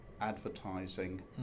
advertising